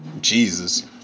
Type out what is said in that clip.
Jesus